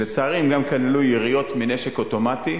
שלצערי גם כללו יריות מנשק אוטומטי